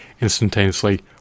instantaneously